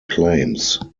claims